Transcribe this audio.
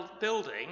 building